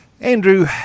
Andrew